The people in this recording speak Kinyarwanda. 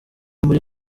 muri